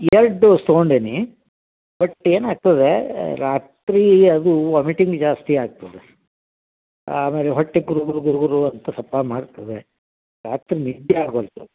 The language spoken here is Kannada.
ಎರಡು ಡೋಸ್ ತೊಗೊಂಡೇನಿ ಬಟ್ ಏನಾಗ್ತದೆ ರಾತ್ರಿ ಅದು ವಮಿಟಿಂಗ್ ಜಾಸ್ತಿ ಆಗ್ತದೆ ಆಮೇಲೆ ಹೊಟ್ಟೆ ಗುರು ಗುರು ಗುರು ಗುರು ಅಂತ ಸಪ್ಪಳ ಮಾಡ್ತದೆ ರಾತ್ರಿ ನಿದ್ದೆ ಆಗ್ವಲ್ತು